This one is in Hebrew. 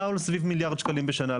נעו על סביב מיליארד שקלים בשנה.